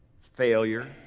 failure